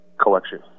collection